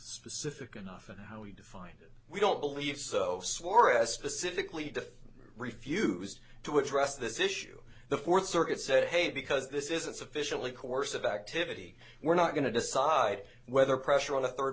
specific enough and how we define it we don't believe so swore as specifically defined refused to address this issue the fourth circuit said hey because this isn't sufficiently course of activity we're not going to decide whether pressure on a third